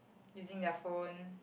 using their phone